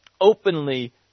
openly